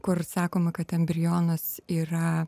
kur sakoma kad embrionas yra